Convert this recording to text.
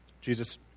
Jesus